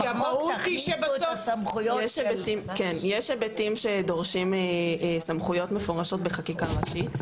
המהות היא שבסוף יש היבטים שדורשים סמכויות מפורשות בחקיקה ראשית,